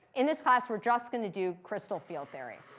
in this class we're just going to do crystal field theory.